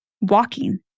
walking